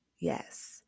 Yes